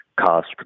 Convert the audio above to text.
cost